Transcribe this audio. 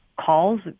calls